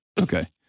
Okay